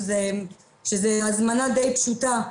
שזה הזמנה די פשוטה,